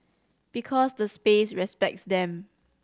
because the space respects them